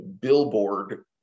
billboard